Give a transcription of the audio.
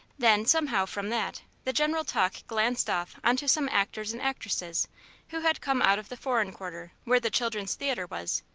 then, somehow, from that the general talk glanced off on to some actors and actresses who had come out of the foreign quarter where the children's theatre was,